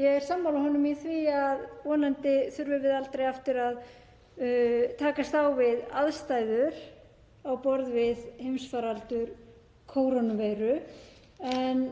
ég er sammála honum um að vonandi þurfum við aldrei aftur að takast á við aðstæður á borð við heimsfaraldur kórónuveiru, en